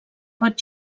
pot